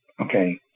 Okay